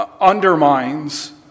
undermines